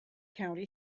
county